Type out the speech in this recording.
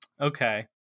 okay